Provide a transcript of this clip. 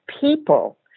people